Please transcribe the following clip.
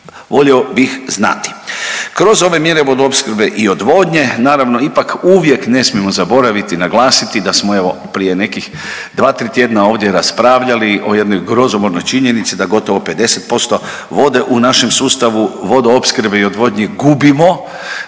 volio bih znati. Kroz ove mjere vodoopskrbe i odvodnje naravno ipak uvijek ne smijemo zaboraviti naglasiti da smo prije nekih 2-3 tjedna ovdje raspravljali o jednoj grozomornoj činjenici da gotovo 50% vode u našem sustavu vodoopskrbe i odvodnje gubimo